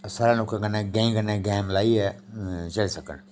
साढ़े लोकें कन्नै गैईं कन्नै गैं मलाइयै चली सकन